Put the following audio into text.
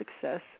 Success